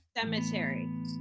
cemetery